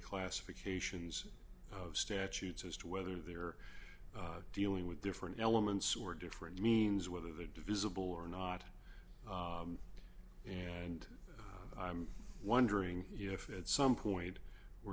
classifications of statutes as to whether they're dealing with different elements or different means whether the divisible or not and i'm wondering if at some point we're